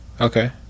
Okay